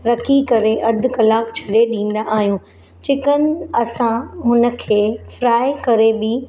रखी करे अधु कलाकु छॾे ॾींदा आहियूं चिकन असां उन खे फ्राए करे बि